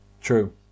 True